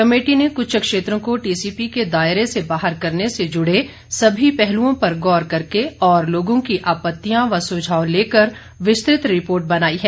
committee ने कुछ क्षेत्रों को टीसीपी के दायरे से बाहर करने से जुड़े सभी पहलुओं पर गौर करके और लोगों की आपत्तियां व सुझाव लेकर विस्तृत रिपोर्ट बनाई है